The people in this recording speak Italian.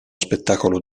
spettacolo